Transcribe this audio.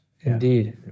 indeed